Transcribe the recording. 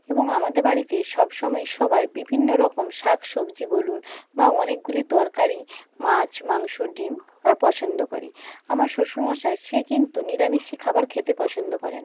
এবং আমাদের বাড়িতে সবসময় সবাই বিভিন্ন রকম শাক সবজি বলুন বা অনেকগুলি তরকারি মাছ মাংস ডিম ওরা পছন্দ করে আমার শ্বশুরমশাই সে কিন্তু নিরামিষি খাবার খেতে পছন্দ করে না